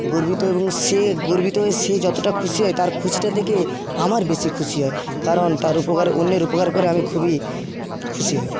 গর্বিত এবং সে গর্বিত হয়ে সে যতটা খুশি হয় তার খুশিটা দেখে আমার বেশি খুশি হয় কারণ তার উপকার অন্যের উপকার করে আমি খুবই খুশি হই